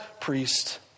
priest